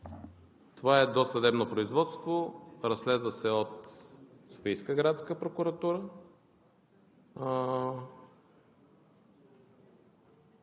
Това е досъдебно производство, разследва се от Софийска градска прокуратура.